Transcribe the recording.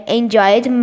enjoyed